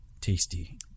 tasty